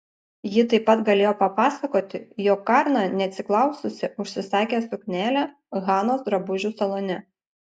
ji taip pat galėjo papasakoti jog karna neatsiklaususi užsisakė suknelę hanos drabužių salone